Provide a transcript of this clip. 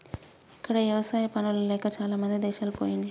ఇక్కడ ఎవసాయా పనులు లేక చాలామంది దేశాలు పొయిన్లు